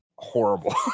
horrible